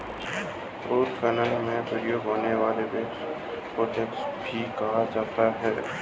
उत्खनन में उपयोग होने वाले बैकहो को ट्रैकहो भी कहा जाता है